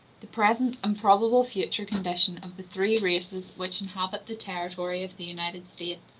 the present and probable future condition of the three races which inhabit the territory of the united states